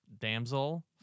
Damsel